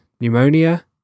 pneumonia